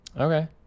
Okay